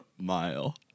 mile